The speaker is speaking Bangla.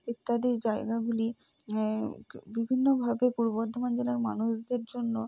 ইত্যাদি জায়গাগুলি বিভিন্নভাবে পূর্ব বর্ধমান জেলার মানুষদের জন্য